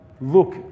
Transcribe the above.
look